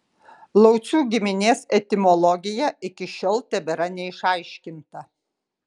laucių giminės etimologija iki šiol tebėra neišaiškinta